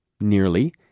nearly